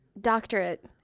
doctorate